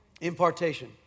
impartation